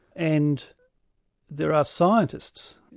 and there are scientists,